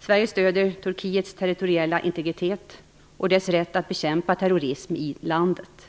Sverige stöder Turkiets territoriella integritet och dess rätt att bekämpa terrorism i landet.